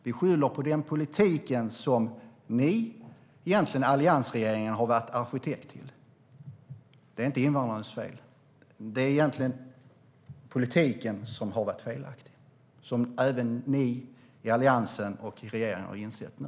Vi skyller på den politik ni i alliansregeringen var arkitekter till. Det är inte invandrarnas fel, utan det är politiken som har varit felaktig. Det har även ni i Alliansen och regeringen insett nu.